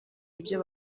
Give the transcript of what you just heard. ibyo